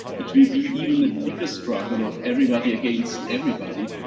it will be even a bigger struggle of everybody against everybody.